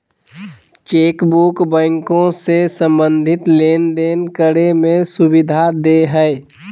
chequebook बैंको से संबंधित लेनदेन करे में सुविधा देय हइ